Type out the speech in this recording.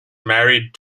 married